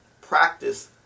practice